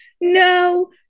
no